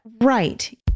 Right